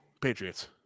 Patriots